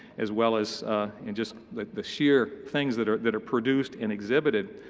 as well as and just like the sheer things that are that are produced and exhibited.